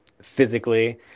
physically